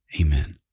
Amen